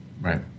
Right